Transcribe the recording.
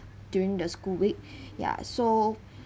during the school week ya so